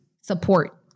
support